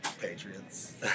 Patriots